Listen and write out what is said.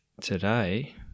today